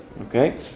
Okay